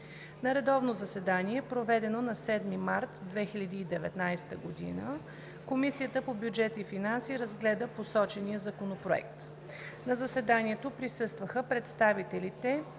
На заседание, проведено на 7 февруари 2019 г., Комисията по бюджет и финанси разгледа посочената Годишна програма. На заседанието присъстваха представителите